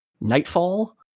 Nightfall